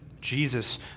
Jesus